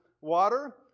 water